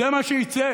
זה מה שיצא.